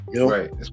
Right